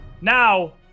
now